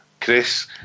Chris